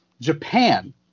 Japan